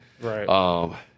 Right